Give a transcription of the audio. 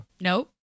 Nope